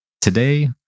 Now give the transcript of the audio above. Today